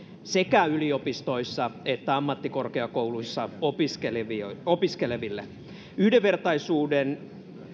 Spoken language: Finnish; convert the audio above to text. sekä yliopistoissa että ammattikorkeakouluissa opiskeleville opiskeleville yhdenvertaisuudenkin